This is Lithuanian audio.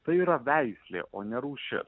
tai yra veislė o ne rūšis